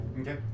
Okay